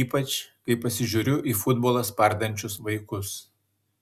ypač kai pasižiūriu į futbolą spardančius vaikus